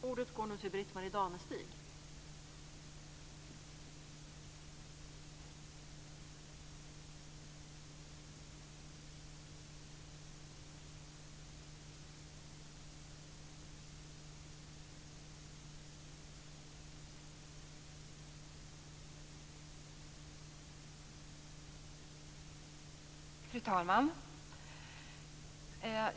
Fru talman!